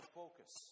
focus